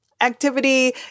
activity